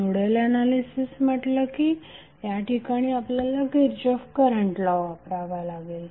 nodal analysis म्हटले की या ठिकाणी आपल्याला किरचॉफ करंट लॉ वापरावा लागेल